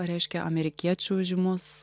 reiškia amerikiečių žymus